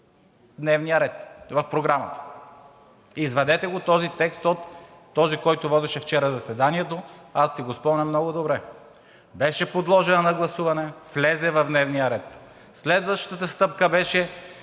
влезе в Програмата. Извадете го този текст – на този, който водеше вчера заседанието, аз си го спомням много добре. Беше подложено на гласуване, влезе в дневния ред. Следващата стъпка беше